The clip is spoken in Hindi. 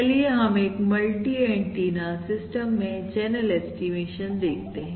चलिए हम एक मल्टी एंटीना सिस्टम में चैनल ऐस्टीमेशन देखते हैं